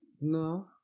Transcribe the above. No